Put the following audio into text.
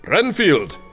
Renfield